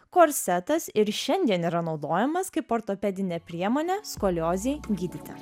korsetas ir šiandien yra naudojamas kaip ortopedinė priemonė skoliozei gydyti